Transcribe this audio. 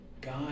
God